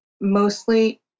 mostly